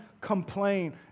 complain